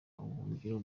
ubuhungiro